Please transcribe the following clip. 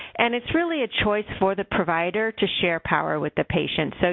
and it's really a choice for the provider to share power with the patients. so,